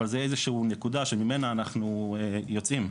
אבל זו איזושהי נקודה שממנה אנחנו יוצאים.